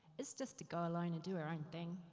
is just to go along and do our own thing,